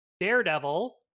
Daredevil